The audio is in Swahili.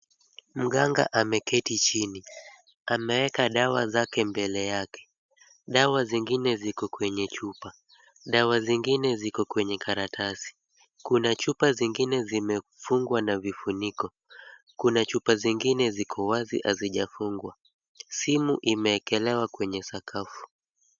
Mganga ameketi chini, ameeka dawa zake mbele yake, dawa zingine ziko kwenye chupa, dawa zingine ziko kwenye karatasi. Kuna chupa zingine zimefungwa na vifuniko, Kuna chupa zingine ziko wazi hazijafungwa, simu imeekelewa kwenye sakafu.